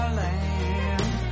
land